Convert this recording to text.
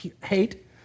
hate